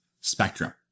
spectrum